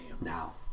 Now